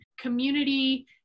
community